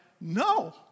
No